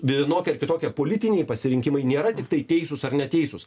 vienokie ar kitokie politiniai pasirinkimai nėra tiktai teisūs ar neteisūs